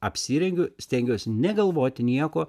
apsirengiu stengiuosi negalvoti nieko